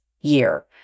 year